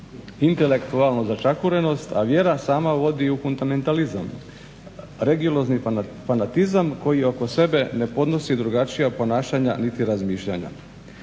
intelektualnu začahurenost, a vjera sama vodi u fundamentalizam, religiozni fanatizam koji oko sebe ne podnosi drugačija ponašanja niti razmišljanja.